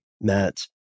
Matt